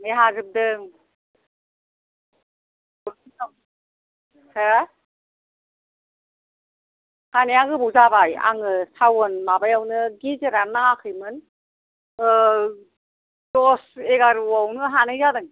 गायनो हाजोबदों हो हानाया गोबाव जाबाय आङो सावन माबायावनो गेजेरानो नाङाखैमोन दस एगार' आवनो हानाय जादों